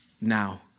now